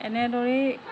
এনেদৰেই